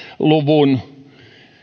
luvun